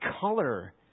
color